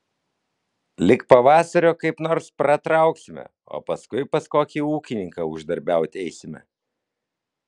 lig pavasario kaip nors pratrauksime o paskui pas kokį ūkininką uždarbiauti eisime